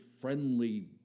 friendly